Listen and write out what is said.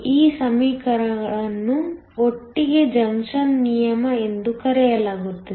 ಈ ಸಮೀಕರಣಗಳನ್ನು ಒಟ್ಟಿಗೆ ಜಂಕ್ಷನ್ ನಿಯಮ ಎಂದು ಕರೆಯಲಾಗುತ್ತದೆ